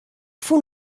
fûn